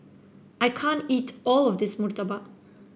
I can't eat all of this Murtabak